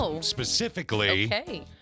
specifically